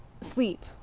sleep